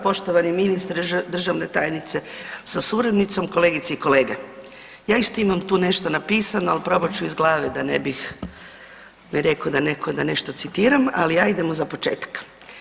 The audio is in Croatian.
Poštovani ministre, državna tajnice sa suradnicom, kolegice i kolege, ja isto imam tu nešto napisano, ali probat ću iz glave da ne bih mi reko netko da nešto citiram, ali ja idem uza početka.